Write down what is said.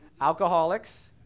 Alcoholics